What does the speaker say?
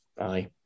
Aye